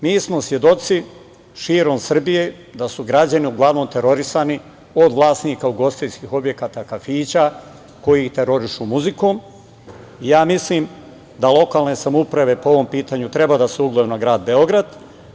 Mi smo svedoci širom Srbije da su građani uglavnom terorisani od vlasnika ugostiteljskih objekata i kafića koji terorišu muzikom i ja mislim da lokalne samouprave po ovom pitanju treba da se ugledaju na grad Beograd.